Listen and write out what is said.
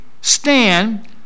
stand